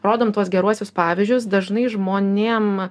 rodom tuos geruosius pavyzdžius dažnai žmonėm